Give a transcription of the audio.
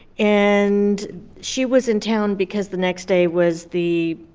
and she was in town because the next day was the